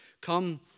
come